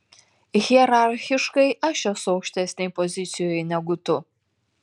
hierarchiškai aš esu aukštesnėj pozicijoj negu tu